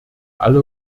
alle